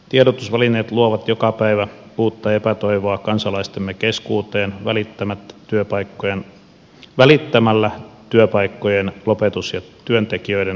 tiedotusvälineet luovat joka päivä uutta epätoivoa kansalaistemme keskuuteen välittämällä työpaikkojen lopetus ja työntekijöiden lomautusuutisia